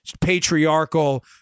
patriarchal